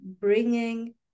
bringing